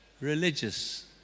religious